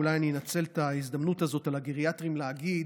אולי ננצל את ההזדמנות הזאת להגיד